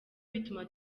bituma